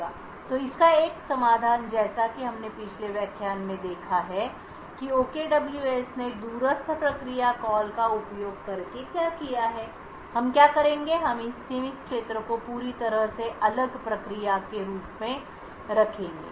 तो इसका एक समाधान जैसा कि हमने पिछले व्याख्यान में देखा है कि ओकेडब्ल्यूएस ने दूरस्थ प्रक्रिया कॉल का उपयोग करके क्या किया है हम क्या करेंगे हम इस सीमित क्षेत्र को पूरी तरह से अलग प्रक्रिया के रूप में रखेंगे